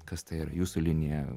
kas tai yra jūsų linija